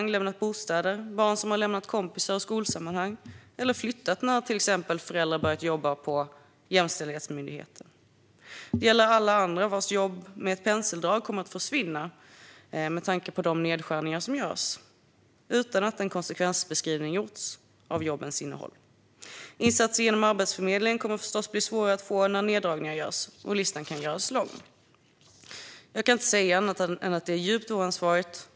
Det är familjer som har lämnat sina bostäder, barn som har lämnat kompisar och skolsammanhang eller familjer som har flyttat när föräldrar till exempel har börjat jobba på Jämställdhetsmyndigheten. Det gäller alla andra vars jobb med ett penseldrag kommer att försvinna med tanke på de nedskärningar som görs utan att en konsekvensbeskrivning av jobbens innehåll har gjorts. Det kommer förstås att bli svårare att få insatser genom Arbetsförmedlingen när neddragningar görs. Listan kan göras lång. Jag kan inte säga annat än att det är djupt oansvarigt.